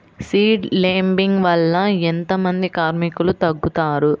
Seed లేంబింగ్ వల్ల ఎంత మంది కార్మికులు తగ్గుతారు?